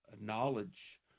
knowledge